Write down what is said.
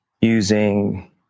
using